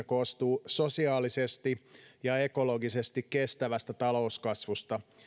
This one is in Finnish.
koostuu sosiaalisesti ja ekologisesti kestävästä talouskasvusta